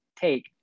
take